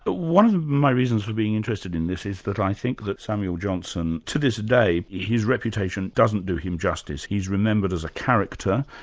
but one of my reasons for being interested in this is that i think that samuel johnson to this day, his reputation doesn't do him justice. he's remembered as a character,